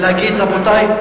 ולהגיד: רבותי,